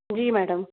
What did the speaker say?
जी madam